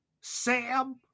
Sam